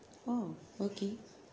oh okay